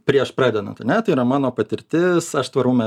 prieš pradedant ane tai yra mano patirtis aš tvarume